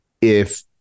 if-